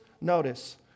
notice